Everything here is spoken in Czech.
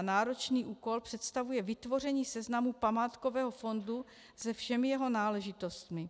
Náročný úkol představuje zejména vytvoření seznamu památkového fondu se všemi jeho náležitostmi.